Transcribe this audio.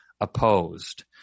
opposed